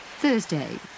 Thursday